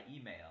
email